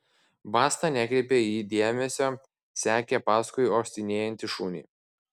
basta nekreipė į jį dėmesio sekė paskui uostinėjantį šunį